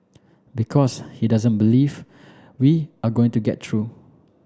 because he doesn't believe we are going to get true